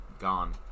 Gone